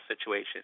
situation